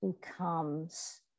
becomes